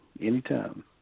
anytime